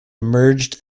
emerged